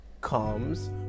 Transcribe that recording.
comes